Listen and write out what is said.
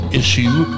issue